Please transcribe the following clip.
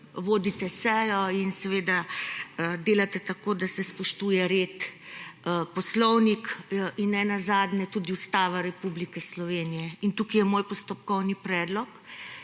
vodite sejo in seveda delate tako, da se spoštuje red, poslovnik in nenazadnje tudi Ustava Republike Slovenije. In tukaj je moj postopkovni predlog.